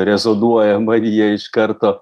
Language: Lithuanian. rezoduoja marija iš karto